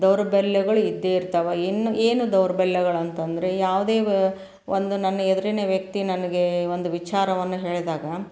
ದೌರ್ಬಲ್ಯಗಳು ಇದ್ದೇ ಇರ್ತವೆ ಇನ್ನು ಏನು ದೌರ್ಬಲ್ಯಗಳು ಅಂತಂದರೆ ಯಾವುದೇ ವ ಒಂದು ನನ್ನ ಎದುರಿನ ವ್ಯಕ್ತಿ ನನಗೆ ಒಂದು ವಿಚಾರವನ್ನು ಹೇಳಿದಾಗ